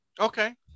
Okay